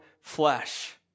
flesh